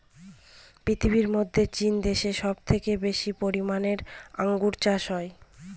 পৃথিবীর মধ্যে চীন দেশে সব থেকে বেশি পরিমানে আঙ্গুর চাষ হয়